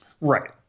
Right